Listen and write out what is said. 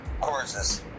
courses